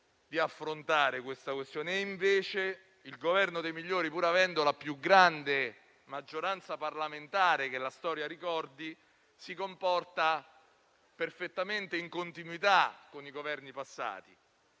di affrontare la questione. E, invece, il Governo dei migliori, pur avendo la più grande maggioranza parlamentare che la storia ricordi, si comporta perfettamente in continuità con i Governi passati